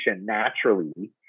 naturally